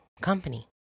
company